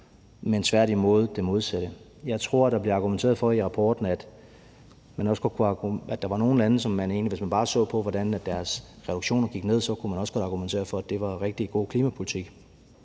men tværtimod det modsatte. Kl. 13:35 Jeg tror, at der i rapporten var nogle lande, hvor man egentlig, hvis man bare så på, hvordan deres reduktioner gik ned, så også godt kunne argumentere for, at det var rigtig god klimapolitik,